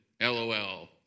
LOL